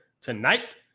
tonight